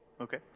Okay